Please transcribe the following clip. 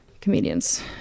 comedians